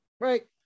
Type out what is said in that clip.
right